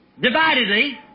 dividedly